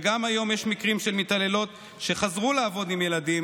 וגם היום יש מקרים של מתעללות שחזרו לעבוד עם ילדים